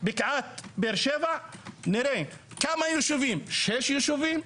בקעת באר שבע - נראה כמה ישובים שישה ישובים,